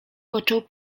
począł